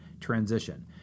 transition